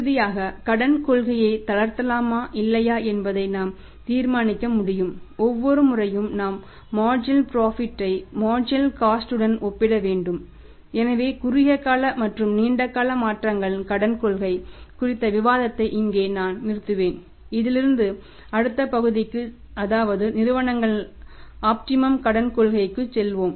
இறுதியாக கடன் கொள்கையை தளர்த்தலாமா இல்லையா என்பதை நாம் தீர்மானிக்க முடியும் ஒவ்வொரு முறையும் நாம் மார்ஜினல் புரோஃபிட் கடன் கொள்கைக்கு செல்வோம்